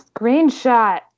screenshot